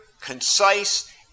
concise